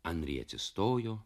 anry atsistojo